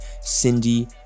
Cindy